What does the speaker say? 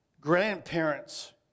grandparents